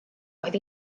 oedd